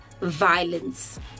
violence